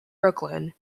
brooklyn